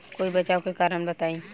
कोई बचाव के कारण बताई?